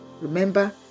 Remember